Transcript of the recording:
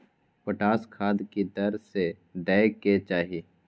Potash खाद की दर से दै के चाही?